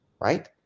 right